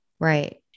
Right